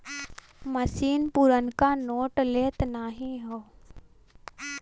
मसीन पुरनका नोट लेत नाहीं हौ